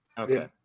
okay